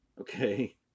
Okay